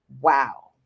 Wow